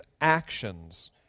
actions